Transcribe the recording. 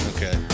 Okay